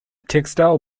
textile